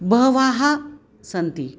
बहवः सन्ति